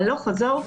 הלוך חזור,